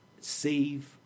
save